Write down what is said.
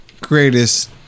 greatest